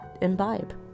imbibe